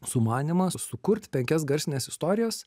sumanymą sukurt penkias garsines istorijas